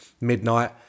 midnight